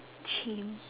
chim